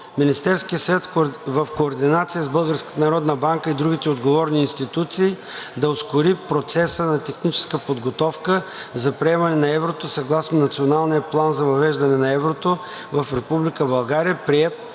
Министерският съвет в координация с Българската народна банка и другите отговорни институции да ускори процеса на техническа подготовка за приемане на еврото съгласно Националния план за въвеждане на еврото в Република България, приет